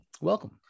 welcome